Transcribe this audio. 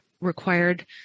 required